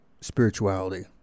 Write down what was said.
spirituality